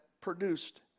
produced